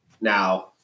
now